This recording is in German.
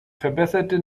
verbesserte